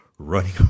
running